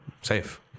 safe